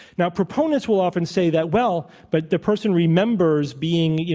now, proponents will often say that, well, but the person remembers being, you